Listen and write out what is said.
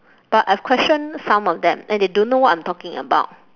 but I've questioned some of them and they don't know what I'm talking about